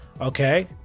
okay